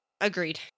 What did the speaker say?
Agreed